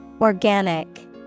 Organic